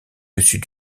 dessus